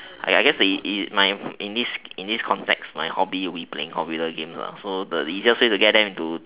I I guess in in in this context my hobby would be playing computer games so the easiest way to get them into